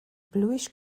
bluish